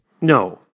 No